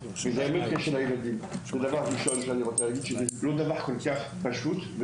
זה לא דבר כל כך פשוט.